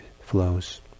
flows